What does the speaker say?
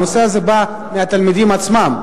הנושא הזה בא מהתלמידים עצמם,